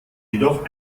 jedoch